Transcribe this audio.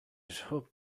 hoped